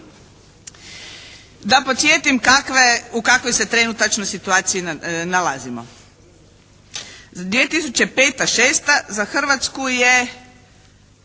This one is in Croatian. Da podsjetim u kakvoj se trenutačno situaciji nalazimo. 2005./2006. za Hrvatsku je